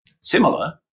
similar